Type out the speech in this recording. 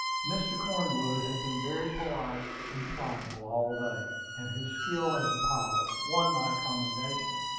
mr. cornwood had been very polite and pliable all day, and his skill as a pilot won my commendation.